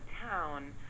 town